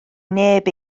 neb